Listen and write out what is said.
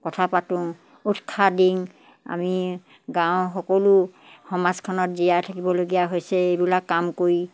কথা পাতোঁ উৎসাহ দি আমি গাঁৱৰ সকলো সমাজখনত জীয়াই থাকিবলগীয়া হৈছে এইবিলাক কাম কৰি